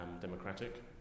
democratic